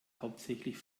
hauptsächlich